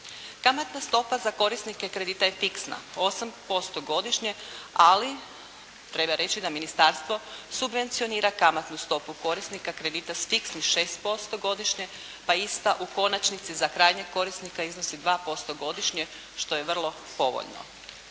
Kamatna stopa za korisnike kredita je fiksna 8% godišnje, ali treba reći da ministarstvo subvencionira kamatnu stopu korisnika kredita s fiksnih 6% godišnje, pa ista u konačnici za krajnjeg korisnika iznosi 2% godišnje što je vrlo povoljno.